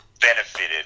benefited